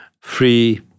free